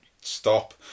stop